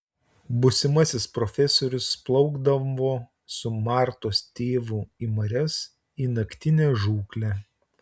būsimasis profesorius plaukdavo su martos tėvu į marias į naktinę žūklę